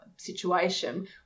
situation